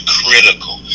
critical